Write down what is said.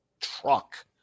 truck